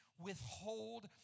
withhold